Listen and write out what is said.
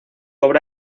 obra